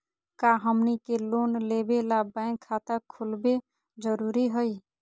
का हमनी के लोन लेबे ला बैंक खाता खोलबे जरुरी हई?